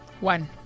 One